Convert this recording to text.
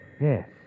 Yes